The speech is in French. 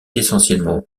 essentiellement